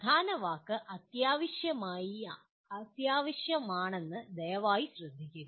പ്രധാന വാക്ക് അത്യാവശ്യമാണെന്ന് ദയവായി ശ്രദ്ധിക്കുക